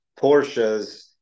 Porsches